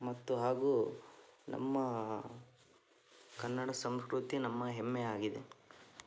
ಮತ್ತು ಹಾಗೂ ನಮ್ಮ ಕನ್ನಡ ಸಂಸ್ಕೃತಿ ನಮ್ಮ ಹೆಮ್ಮೆ ಆಗಿದೆ